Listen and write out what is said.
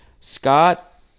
Scott